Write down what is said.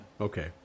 Okay